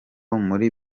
muri